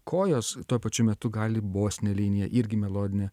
kojos tuo pačiu metu gali bosine linija irgi melodinę